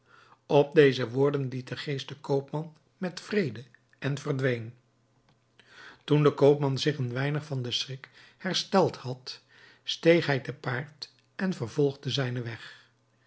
op deze woorden liet de geest den koopman met vrede en verdween toen de koopman zich een weinig van den schrik hersteld had steeg hij te paard en vervolgde zijnen weg